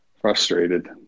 frustrated